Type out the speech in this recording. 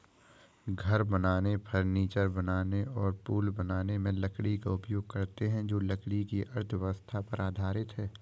घर बनाने, फर्नीचर बनाने और पुल बनाने में लकड़ी का उपयोग करते हैं जो लकड़ी की अर्थव्यवस्था पर आधारित है